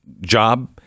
job